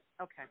Okay